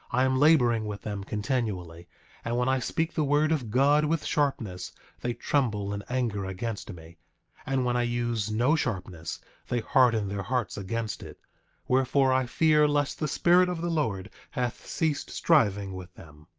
i am laboring with them continually and when i speak the word of god with sharpness they tremble and anger against me and when i use no sharpness they harden their hearts against it wherefore, i fear lest the spirit of the lord hath ceased striving with them.